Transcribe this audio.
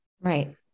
Right